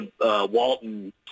Walton